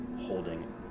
holding